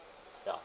ya